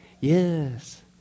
Yes